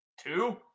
Two